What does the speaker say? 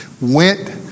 went